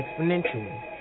exponentially